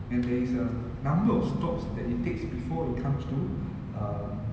and there is a number of stops that it takes before it comes to um